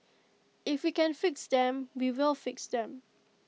if we can fix them we will fix them